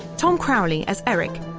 tom crowley as eric,